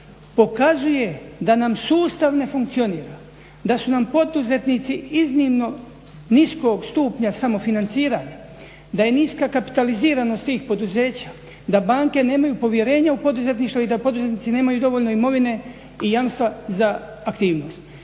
pokazuje da nam sustav ne funkcionira, da su nam poduzetnici iznimno niskog stupnja samofinanciranja, da je niska kapitaliziranost tih poduzeća, da banke nemaju povjerenja u poduzetništvo i da poduzetnici nemaju dovoljno imovine i jamstva za aktivnost.